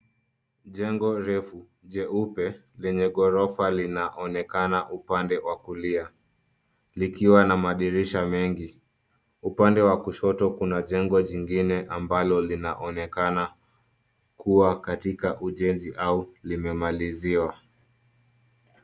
Jengo refu, jeupe lenye gorofa linaonekana upande wa kulia, likiwa na madirisha mengi. Upande wa kushoto kuna jengo jingine ambalo linaonekana kuwa katika ujenzi au limemaliziwa.